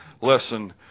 lesson